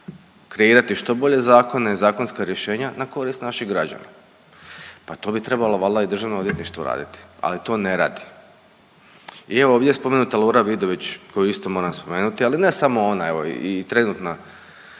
kreirati što bolje zakone i zakonska rješenja na korist naših građana, pa to bi trebalo valda i državno odvjetništvo raditi, ali to ne radi. I evo ovdje je spomenuta Lora Vidović, koju isto moram spomenuti, ali ne samo ona, evo i trenutna